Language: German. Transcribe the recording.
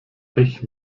pech